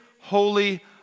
holy